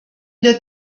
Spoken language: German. der